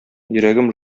йөрәгем